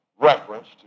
reference